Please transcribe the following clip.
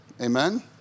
Amen